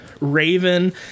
Raven